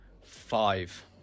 Five